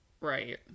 right